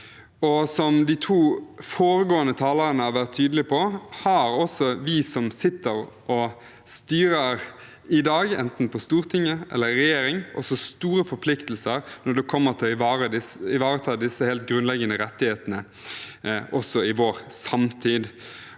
Som de to foregående talerne har vært tydelige på, har også vi som sitter og styrer i dag, enten på Stortinget eller i regjering, store forpliktelser når det gjelder å ivareta disse helt grunnleggende rettighetene også i vår samtid.